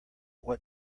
what